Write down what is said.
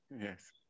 yes